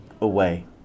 away